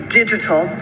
digital